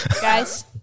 Guys